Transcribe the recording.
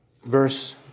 Verse